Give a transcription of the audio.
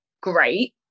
great